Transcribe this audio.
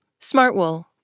Smartwool